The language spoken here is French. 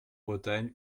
bretagne